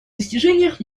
достижениях